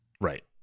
Right